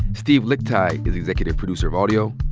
steve lickteig is executive producer of audio.